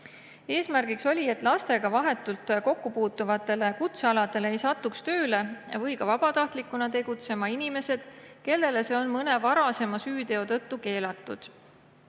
Eesmärk oli, et lastega vahetult kokku puutuvatele kutsealadele ei satuks tööle või vabatahtlikuna tegutsema inimesed, kellele see on mõne varasema süüteo tõttu keelatud.